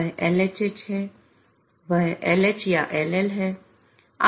वह LHH है चाहे वह LHया LL